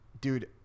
Dude